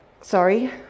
sorry